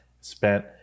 Spent